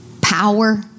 power